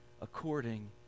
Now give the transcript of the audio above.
according